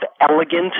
elegant